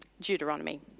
Deuteronomy